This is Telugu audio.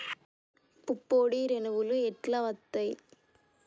పుప్పొడి రేణువులు ఎట్లా వత్తయ్?